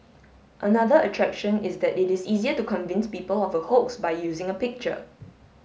another attraction is that it is easier to convince people of a hoax by using a picture